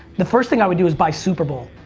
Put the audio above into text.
the first thing i would do is buy super bowl.